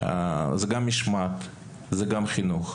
זה גם משמעת, זה גם חינוך.